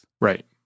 Right